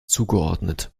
zugeordnet